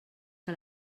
que